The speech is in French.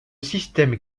système